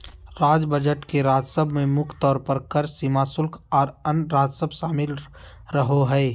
राज्य बजट के राजस्व में मुख्य तौर पर कर, सीमा शुल्क, आर अन्य राजस्व शामिल रहो हय